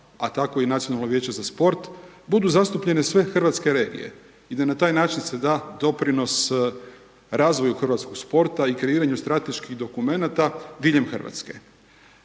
a tako i Nacionalno vijeće za sport, budu zastupljene sve hrvatske regije i da na taj način se da doprinos, razvoju hrvatskog sporta i kreiranju strateških dokumenata diljem Hrvatske.